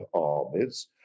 armies